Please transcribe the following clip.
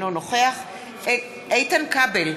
אינו נוכח איתן כבל,